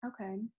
okay